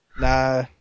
Nah